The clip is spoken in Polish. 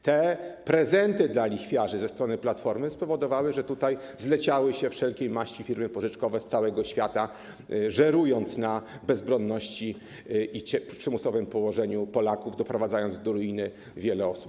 Te prezenty dla lichwiarzy ze strony Platformy spowodowały, że tutaj zleciały się wszelkiej maści firmy pożyczkowe z całego świata, żerując na bezbronności i przymusowym położeniu Polaków, doprowadzając do ruiny wiele osób.